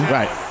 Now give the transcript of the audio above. right